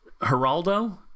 Geraldo